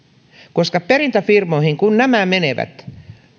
koska kun nämä perintäfirmoihin menevät